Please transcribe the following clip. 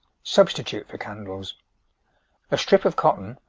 substitute for candles a strip of cotton,